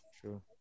True